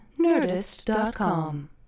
Nerdist.com